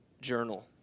journal